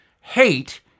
Hate